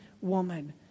woman